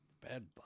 Bad